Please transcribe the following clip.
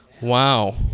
wow